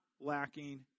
lacking